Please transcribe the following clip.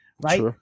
right